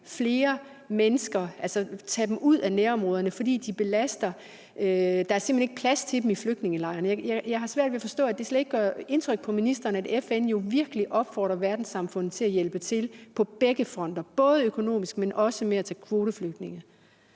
flere mennesker ud af nærområderne, fordi de belaster, fordi der er simpelt hen ikke plads til dem i flygtningelejren? Jeg har svært ved at forstå, at det slet ikke gør indtryk på ministeren, at FN jo virkelig opfordrer verdenssamfundet til at hjælpe til på begge fronter, både økonomisk, men også med at tage kvoteflygtninge.